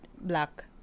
black